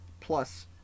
Plus